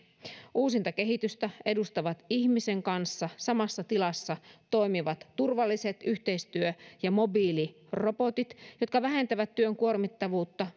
uusinta kehitystä edustavat ihmisen kanssa samassa tilassa toimivat turvalliset yhteistyö ja mobiilirobotit jotka vähentävät työn kuormittavuutta